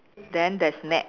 then there's net